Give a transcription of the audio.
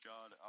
God